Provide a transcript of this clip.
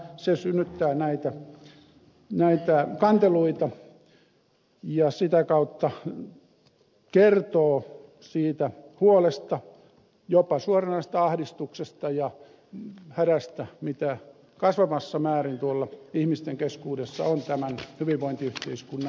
se synnyttää näitä kanteluita ja sitä kautta kertoo siitä huolesta jopa suoranaisesta ahdistuksesta ja hädästä mitä kasvavassa määrin tuolla ihmisten keskuudessa on tämän hyvinvointiyhteiskunnan keskellä